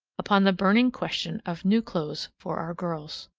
upon the burning question of new clothes for our girls.